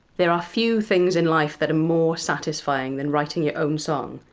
there are few things in life that are more satisfying than writing your own song.